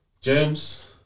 James